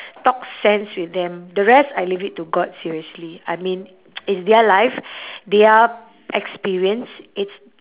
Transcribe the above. talk sense with them the rest I leave it to god seriously I mean it's their life their experience it's